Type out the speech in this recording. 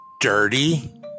dirty